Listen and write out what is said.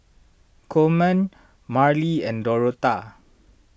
Coleman Marlie and Dorotha